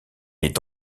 est